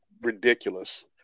ridiculous